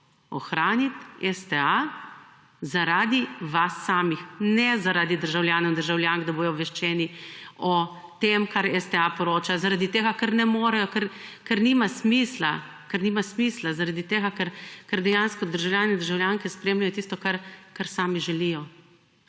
ohraniti STA zaradi vas samih, ne zaradi državljanov in državljank, da bodo obveščeni o tem, kar STA poroča. Zaradi tega, ker ne morejo, ker nima smisla, ker nima smisla zaradi tega, ker dejansko državljani in državljanke spremljajo tisto, kar sami želijo,